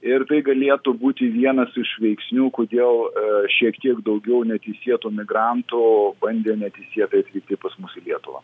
ir tai galėtų būti vienas iš veiksnių kodėl šiek tiek daugiau neteisėtų migrantų bandė neteisėtai atvykti pas mus į lietuvą